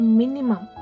minimum